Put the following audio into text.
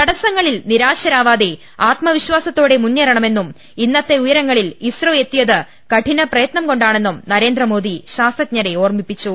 തടസ്സങ്ങളിൽ നിരാശരാവാതെ ആത്മവിശ്വാസത്തോടെ മുന്നേറണമെന്നും ഇന്നത്തെ ഉയരങ്ങളിൽ ഇസ്രോ എത്തിയത് കഠിന പ്രയത്നം കൊണ്ടാണെന്നും നരേന്ദ്ര മോദി ശാസ്ത്രജ്ഞരെ ഓർമ്മിപ്പിച്ചു